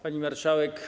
Pani Marszałek!